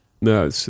No